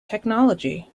technology